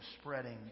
spreading